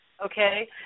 Okay